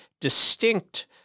distinct